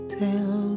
tell